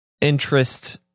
interest